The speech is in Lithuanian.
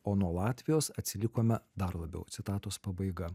o nuo latvijos atsilikome dar labiau citatos pabaiga